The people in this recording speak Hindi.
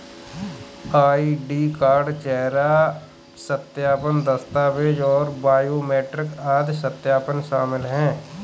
आई.डी कार्ड, चेहरा सत्यापन, दस्तावेज़ और बायोमेट्रिक आदि सत्यापन शामिल हैं